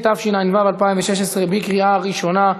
התשע"ו 2016, בקריאה ראשונה.